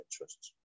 interests